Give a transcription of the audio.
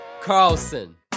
Carlson